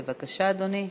בבקשה, אדוני.